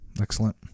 Excellent